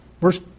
Verse